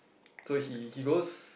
so he he goes